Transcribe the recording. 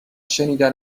شنیدن